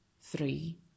three